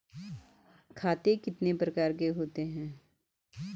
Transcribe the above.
खाता कितने प्रकार का होता है?